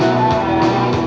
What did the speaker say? no